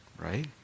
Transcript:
right